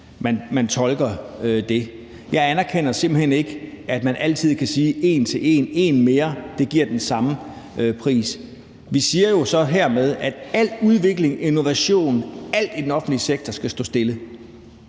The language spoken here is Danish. man tolker det. Jeg anerkender simpelt hen ikke, at man altid kan sige en til en, at en mere giver den samme pris. Vi siger jo så dermed, at al udvikling og innovation, alt i den offentlige sektor, skal stå stille,